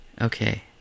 Okay